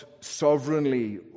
sovereignly